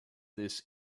this